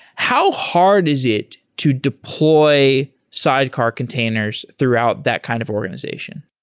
how hard is it to deploy sidecar containers throughout that kind of organization?